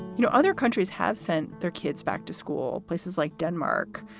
you know, other countries have sent their kids back to school. places like denmark,